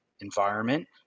environment